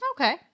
Okay